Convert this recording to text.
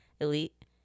elite